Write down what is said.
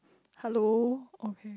hello okay